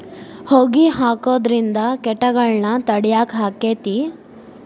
ಹೊಗಿ ಹಾಕುದ್ರಿಂದ ಕೇಟಗೊಳ್ನ ತಡಿಯಾಕ ಆಕ್ಕೆತಿ?